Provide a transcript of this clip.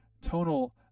tonal